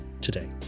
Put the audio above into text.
today